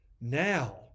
now